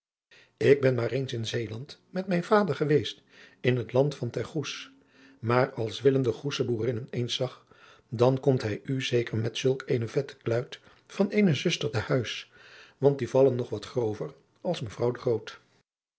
ik ben maar eens in zeeland met mijn vader geweest in het land van ter goes maar als willem de goesche boerinnen eens zag dan komt hij u zeker met zulk eene vette kluit van eene zuster te huis want die vallen nog wat grover als mevrouw